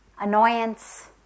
annoyance